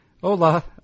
hola